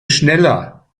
schneller